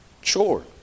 Sure